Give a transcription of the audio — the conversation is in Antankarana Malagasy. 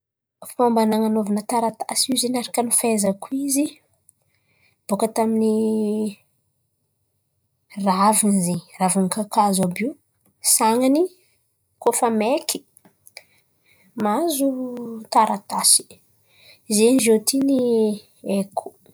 Fômba nan̈anaovana taratasy io zen̈y araka ny fahaizako izy bôka tamin'n̈y ravin̈y zen̈y. Ravin̈y kakazo àby io, san̈any koa fa maiky mahazo taratasy. Zen̈y zio ty no haiko.